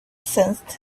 sensed